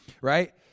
right